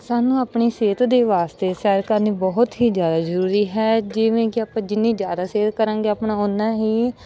ਸਾਨੂੰ ਆਪਣੀ ਸਿਹਤ ਦੇ ਵਾਸਤੇ ਸੈਰ ਕਰਨੀ ਬਹੁਤ ਹੀ ਜ਼ਿਆਦਾ ਜ਼ਰੂਰੀ ਹੈ ਜਿਵੇਂ ਕਿ ਆਪਾਂ ਜਿੰਨੀ ਜ਼ਿਆਦਾ ਸੈਰ ਕਰਾਂਗੇ ਆਪਣਾ ਓਨਾ ਹੀ